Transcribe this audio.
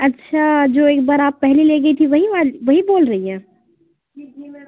اچھا جو ایک بار آپ پہلے لے گئی تھیں وہی والی وہی بول رہی ہیں